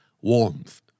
warmth